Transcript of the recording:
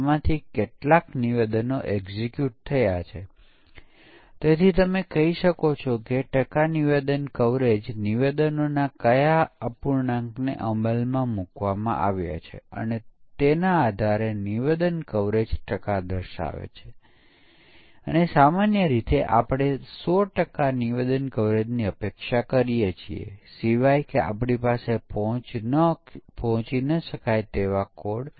તેથી આ મુશ્કેલ સમસ્યા છે કેમ કે જો ત્યાં એક પરિમાણ હોય તો પણ પરીક્ષણના કેસોની સંખ્યા ખૂબ મોટી હોઇ શકે છે અને પછી સામાન્ય રીતે તમારે બહુવિધ પરિમાણો ધ્યાનમાં લેવા પડશે